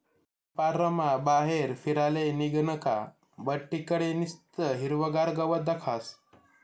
रामपाररमा बाहेर फिराले निंघनं का बठ्ठी कडे निस्तं हिरवंगार गवत दखास